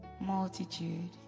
multitude